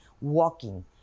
walking